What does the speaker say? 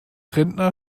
rentner